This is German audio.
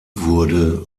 wurde